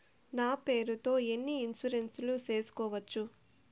నా పేరుతో ఎన్ని ఇన్సూరెన్సులు సేసుకోవచ్చు?